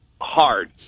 hard